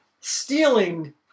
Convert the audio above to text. stealing